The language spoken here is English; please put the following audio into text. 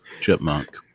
chipmunk